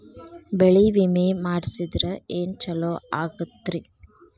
ಬೆಳಿ ವಿಮೆ ಮಾಡಿಸಿದ್ರ ಏನ್ ಛಲೋ ಆಕತ್ರಿ?